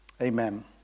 Amen